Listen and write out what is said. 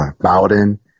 Bowden